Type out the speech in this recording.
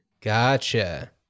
gotcha